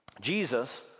Jesus